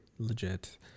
Legit